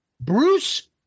Bruce